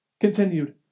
continued